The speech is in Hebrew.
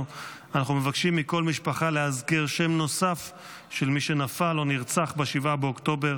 אנחנו מבקשים מכל משפחה לאזכר שם נוסף של מי שנפל או נרצח ב-7 באוקטובר